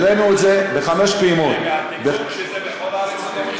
אני לא אתך בקטע הזה,